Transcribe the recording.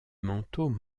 manteau